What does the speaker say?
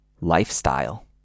lifestyle